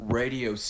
radio